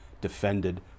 defended